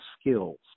skills